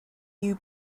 you